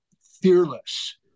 fearless